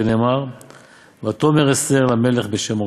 שנאמר 'ותאמר אסתר למלך בשם מרדכי'."